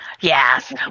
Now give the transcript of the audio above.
Yes